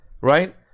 right